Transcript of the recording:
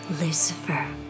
Lucifer